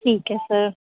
ਠੀਕ ਹੈ ਸਰ